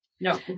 No